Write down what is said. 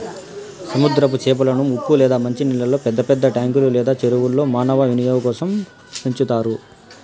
సముద్రపు చేపలను ఉప్పు లేదా మంచి నీళ్ళల్లో పెద్ద పెద్ద ట్యాంకులు లేదా చెరువుల్లో మానవ వినియోగం కోసం పెంచుతారు